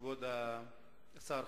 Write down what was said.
כבוד השר,